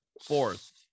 fourth